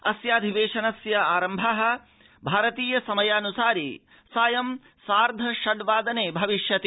अस्याधिवेशनस्यारम्भो भारतीयः समयाऽनुसार सायं सार्ध षड् वादने भविष्यति